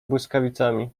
błyskawicami